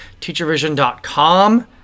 Teachervision.com